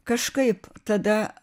kažkaip tada